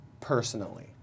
personally